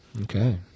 Okay